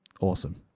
awesome